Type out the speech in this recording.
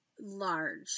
large